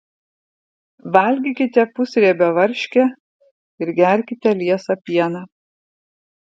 valgykite pusriebę varškę ir gerkite liesą pieną